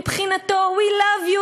מבחינתו:"we love you,